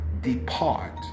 depart